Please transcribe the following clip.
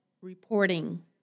reporting